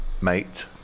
mate